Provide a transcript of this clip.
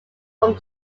from